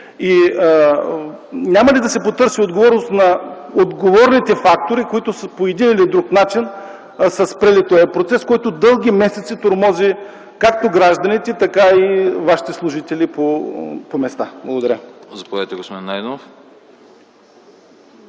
Няма ли да се потърси отговорност на отговорните фактори, които по един или друг начин са спрели този процес, който от дълги месеци тормози както гражданите, така и вашите служители по места? Благодаря.